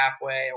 halfway